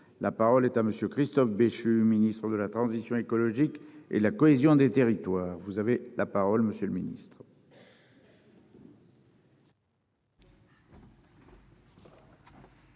La parole est à monsieur Christophe Béchu Ministre de la Transition écologique et la cohésion des territoires, vous avez la parole. Monsieur le ministre.